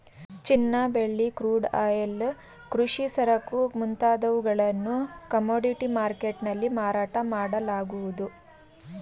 ಚಿನ್ನ, ಬೆಳ್ಳಿ, crude oil, ಕೃಷಿ ಸರಕು ಮುಂತಾದವುಗಳನ್ನು ಕಮೋಡಿಟಿ ಮರ್ಕೆಟ್ ನಲ್ಲಿ ಮಾರಾಟ ಮಾಡಲಾಗುವುದು